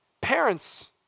Parents